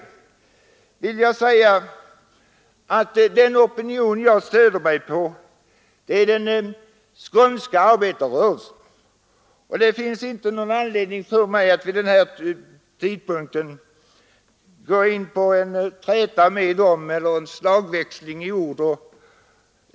Jag vill därför säga att den opinion jag stöder mig på är den skånska arbetarrörelsen och det finns inte någon anledning för mig att vid den här tidpunkten gå in i en slagväxling i ord med dessa båda talare.